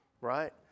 right